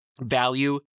Value